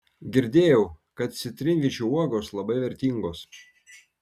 girdėjau kad citrinvyčio uogos labai vertingos